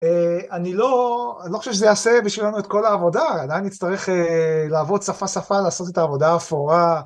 אני לא חושב שזה יעשה בשבילנו את כל העבודה, עדיין נצטרך לעבוד שפה שפה, לעשות את העבודה האפורה.